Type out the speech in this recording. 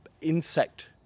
insect